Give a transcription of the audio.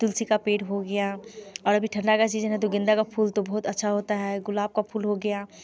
तुलसी का पेड़ हो गया और अभी ठंडा का सीजन है तो गेंदा का फूल तो बहुत अच्छा होता है गुलाब का फूल हो गया